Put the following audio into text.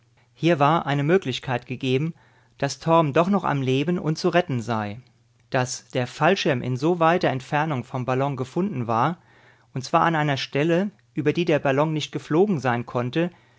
hier war eine möglichkeit gegeben daß torm doch noch am leben und zu retten sei daß der fallschirm in so weiter entfernung vom ballon gefunden war und zwar an einer stelle über die der ballon nicht geflogen sein konnte